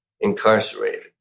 incarcerated